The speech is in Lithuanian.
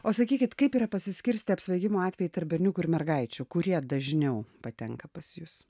o sakykit kaip yra pasiskirstę apsvaigimo atvejai tarp berniukų ir mergaičių kurie dažniau patenka pas jus